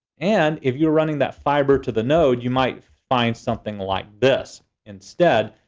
and if you're running that fiber to the node, you might find something like this instead.